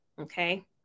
Okay